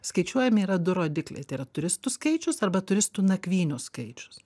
skaičiuojami yra du rodikliai tai yra turistų skaičius arba turistų nakvynių skaičius